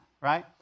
right